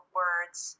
words